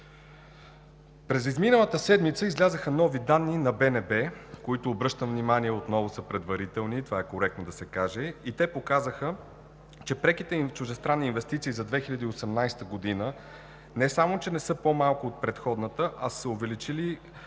През изминалата седмица излязоха нови данни на БНБ, които, обръщам внимание, отново са предварителни – това е коректно да се каже. Те показаха, че преките чуждестранни инвестиции за 2018 г. не само че не са по-малко от предходната, а са се увеличили